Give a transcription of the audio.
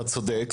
נכון,